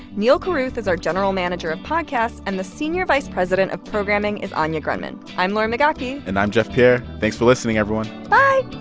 neal carruth is our general manager of podcasts. and the senior vice president of programming is anya grundmann. i'm lauren migaki and i'm jeff pierre. thanks for listening, everyone bye